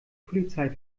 polizei